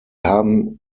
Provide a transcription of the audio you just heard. haben